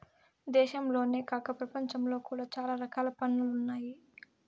దేశంలోనే కాక ప్రపంచంలో కూడా చాలా రకాల పన్నులు ఉన్నాయి